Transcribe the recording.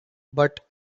but